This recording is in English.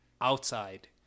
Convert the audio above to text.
outside